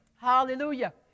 Hallelujah